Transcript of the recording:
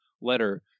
letter